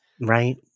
Right